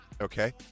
Okay